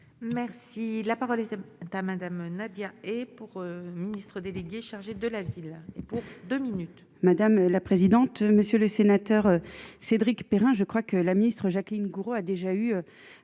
Merci, la parole est Madame, Nadia et pour ministre délégué chargé de la ville pour 2 minutes. Madame la présidente, monsieur le sénateur, Cédric Perrin je crois que la ministre, Jacqueline Gourault a déjà eu